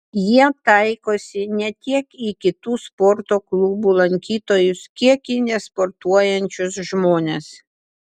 jie taikosi ne tiek į kitų sporto klubų lankytojus kiek į nesportuojančius žmones